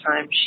time